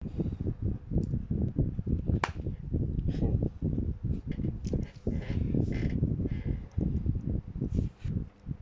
four